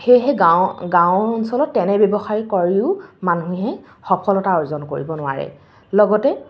সেয়েহে গাঁও অঞ্চলত তেনে ব্যৱসায় কৰিও মানুহে সফলতা অৰ্জন কৰিব নোৱাৰে লগতে